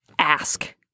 Ask